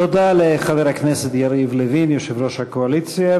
תודה לחבר הכנסת יריב לוין, יושב-ראש הקואליציה.